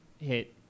hit